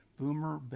Boomer